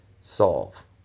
solve